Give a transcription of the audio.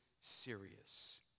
serious